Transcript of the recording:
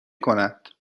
کند